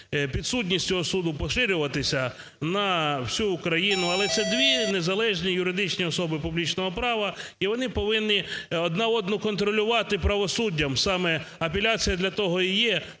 підсудність цього суду поширюватися на всю Україну. Але це дві незалежні юридичні особи публічного права і вони повинні одна одну контролювати правосуддям, саме апеляція для того і є,